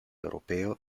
europeo